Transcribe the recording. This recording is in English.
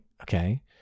okay